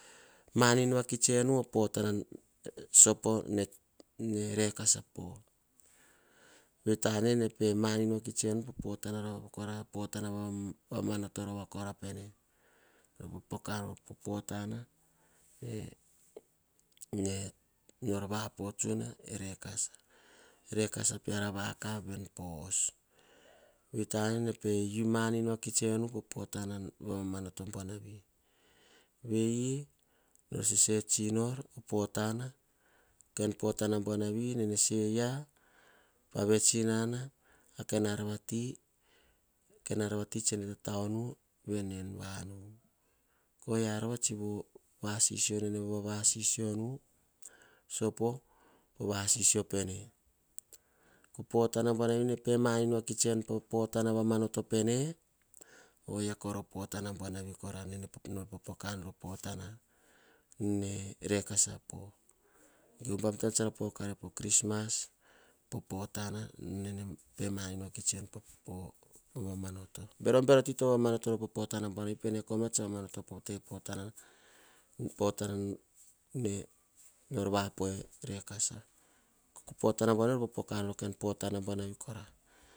Tane manin vakit enu potana ne tsunan poh vei tane nene pe manin vakits nu po potana vamano to pene. Popoka nor o potana nor va po e tsunan e tsunan vakav piara ven po os. Vei tane na nene manin vakits enu po potana buanavi vei nor sesenor o potana buanavi. Potana buanavi nene se hia. Arviti tsene tataonu en vanu, oyia rova o tsi vasisio nene vasisio nu. Po vasisio pene potana buanavi nene pemanin vakits enu po bon vamanato pene oyia o potana buanavi. Popoka nor o potana na tsunan poh. Hubam bon tsara poka ere po krismas, pemanin vakits enu po vamanoto berobero ti to mamanoto po potana buanavi pene pene vamanotonu po potana ne rekasa poh. Oyia oh potana buanavi. En mosina, kene davuts ka anei. Vei tane nene pe u enu pekas. Hubam taba nene pe u enu pa mamatopo o tua. O tua tsene tete nu ka imbi ka an ei. Pekas nene manin ove rovanu ame en mosina, tetenu en mosina kene imbi ka davuts ka anei.